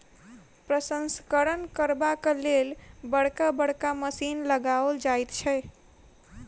प्रसंस्करण करबाक लेल बड़का बड़का मशीन लगाओल जाइत छै